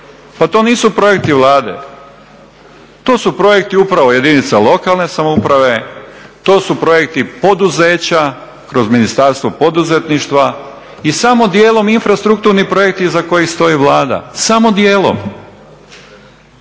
pa to nisu projekti Vlade to su projekti upravo jedinica lokalne samouprave, to su projekti poduzeća kroz Ministarstvo poduzetništva i samo djelo infrastrukturni projekti iza kojih stoji Vlada, smo dijelom.